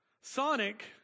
Sonic